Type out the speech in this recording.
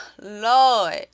Lord